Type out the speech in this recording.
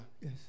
Yes